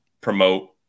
promote